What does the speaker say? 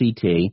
CT